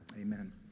Amen